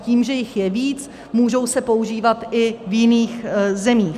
Tím, že jich je víc, můžou se používat i v jiných zemích.